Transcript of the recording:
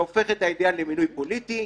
זה הופך את העניין למינוי פוליטי,